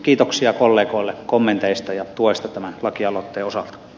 kiitoksia kollegoille kommenteista ja tuesta tämän lakialoitteen osalta